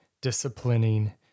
disciplining